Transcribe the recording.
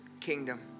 kingdom